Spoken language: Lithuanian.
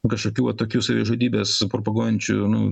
kažkokių va tokių savižudybes propaguojančių nu